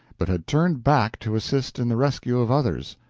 but had turned back to assist in the rescue of others.